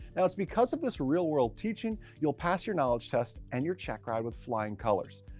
now, it's because of this real-world teaching, you'll pass your knowledge test and your checkride with flying colors.